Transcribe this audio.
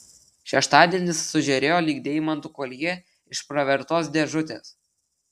šeštadienis sužėrėjo lyg deimantų koljė iš pravertos dėžutės